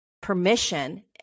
permission